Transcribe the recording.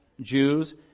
Jews